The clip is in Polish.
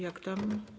Jak tam?